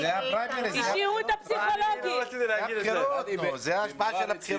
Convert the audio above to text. זאת ההשפעה של הבחירות.